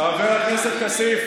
חבר הכנסת כסיף.